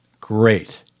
Great